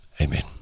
amen